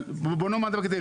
אבל בוא נאמר דבר כזה,